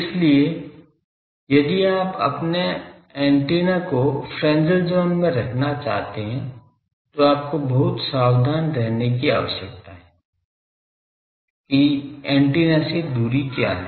इसलिए यदि आप अपने एंटेना को फ्रेन्ज़ेल ज़ोन में रखना चाहते हैं तो आपको बहुत सावधान रहने की आवश्यकता है कि एंटीना से दूरी क्या है